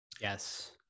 Yes